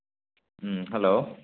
hello